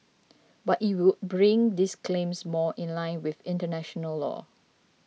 but it would bring these claims more in line with international law